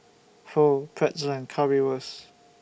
Pho Pretzel and Currywurst